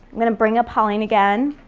i'm gonna bring up holling again